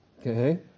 Okay